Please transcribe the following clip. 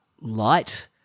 light